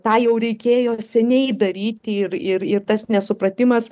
tą jau reikėjo seniai daryti ir ir ir tas nesupratimas